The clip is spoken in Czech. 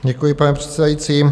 Děkuji, pane předsedající.